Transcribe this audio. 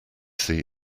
see